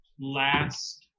last